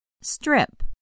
Strip